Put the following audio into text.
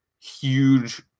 huge